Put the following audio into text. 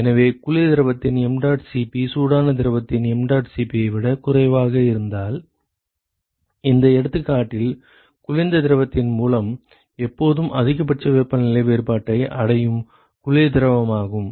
எனவே குளிர் திரவத்தின் mdot Cp சூடான திரவத்தின் mdot Cp ஐ விடக் குறைவாக இருந்தால் இந்த எடுத்துக்காட்டில் குளிர்ந்த திரவத்தின் மூலம் எப்போதும் அதிகபட்ச வெப்பநிலை வேறுபாட்டை அடையும் குளிர் திரவமாகும்